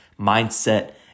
mindset